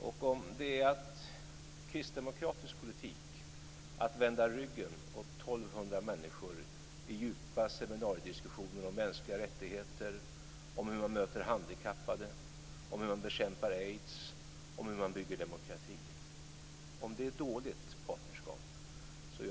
Jag är överraskad om det är kristdemokraters politik att vända ryggen åt 1 200 människor i djupa seminariediskussioner om mänskliga rättigheter, om hur man möter handikappade, om hur man bekämpar aids, om hur man bygger demokrati. Är detta dåligt partnerskap?